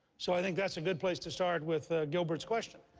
so i think that's a good place to start with ah gilbert's question.